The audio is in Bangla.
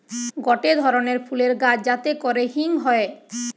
গটে ধরণের ফুলের গাছ যাতে করে হিং হয়ে